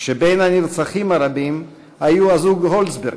כשבין הנרצחים הרבים היו בני הזוג הולצברג,